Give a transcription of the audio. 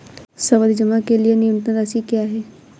सावधि जमा के लिए न्यूनतम राशि क्या है?